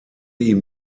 ihm